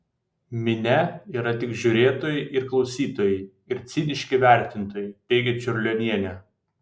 minia yra tik žiūrėtojai ir klausytojai ir ciniški vertintojai teigia čiurlionienė